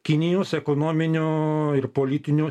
kinijos ekonominių ir politinių